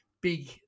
big